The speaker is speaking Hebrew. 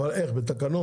איך, בתקנות?